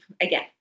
again